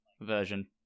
version